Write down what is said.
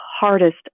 hardest